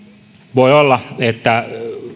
voi olla että